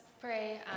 pray